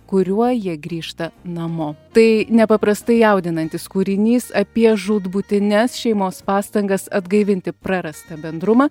kuriuo jie grįžta namo tai nepaprastai jaudinantis kūrinys apie žūtbūtines šeimos pastangas atgaivinti prarastą bendrumą